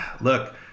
look